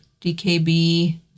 DKB